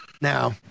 Now